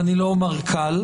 אני לא אומר קל,